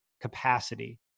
capacity